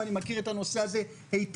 ואני מכיר את הנושא הזה היטב,